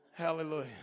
Hallelujah